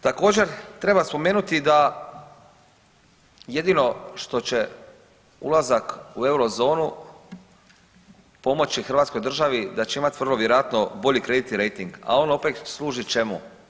Također, treba spomenuti da jedino što će ulazak u Eurozonu pomoći hrvatskoj državi, da će imati vrlo vjerojatno bolji kreditni rejting, a on opet, služi čemu?